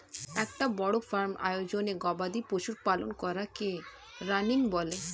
একটা বড় ফার্ম আয়োজনে গবাদি পশু পালন করাকে রানিং বলে